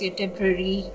temporary